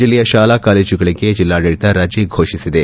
ಜಿಲ್ಲೆಯ ಶಾಲಾ ಕಾಲೇಜುಗಳಿಗೆ ಜಿಲ್ಲಾಡಳಿತ ರಜೆ ಫೋಷಿಸಿದೆ